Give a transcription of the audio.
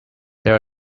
there